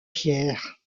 pierre